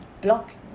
block